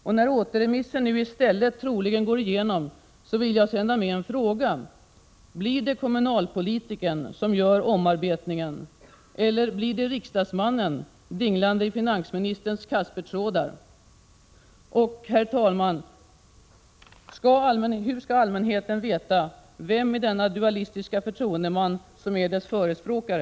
När nu i stället återremissyrkandet troligen kommer att vinna bifall vill jag sända med en fråga: Blir det kommunalpolitikern som gör omarbetningen eller blir det riksdagsmannen, dinglande i finansministerns kaspertrådar? Herr talman! Hur skall allmänheten veta för vilket intresse denne dualistiske förtroendeman kommer att agera förespråkare?